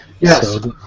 Yes